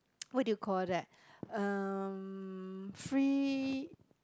what do you call that um free